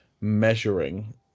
measuring